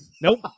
Nope